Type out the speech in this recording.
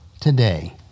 today